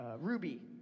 ruby